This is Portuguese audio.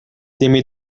time